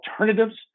alternatives